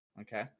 Okay